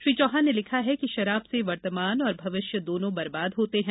श्री चौहान ने लिखा है शराब से वर्तमान और भविष्य दोनों बरबाद होते हैं